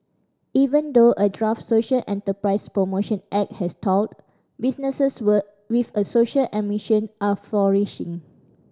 even though a draft social enterprise promotion act has stalled businesses with a social and mission are flourishing